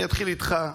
אני אתחיל איתך,